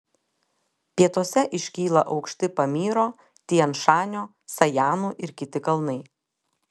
pietuose iškyla aukšti pamyro tian šanio sajanų ir kiti kalnai